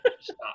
stop